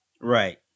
Right